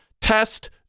Test